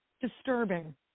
disturbing